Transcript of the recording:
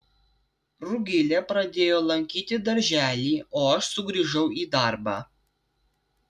rugilė pradėjo lankyti darželį o aš sugrįžau į darbą